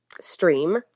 Stream